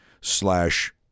slash